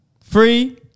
Three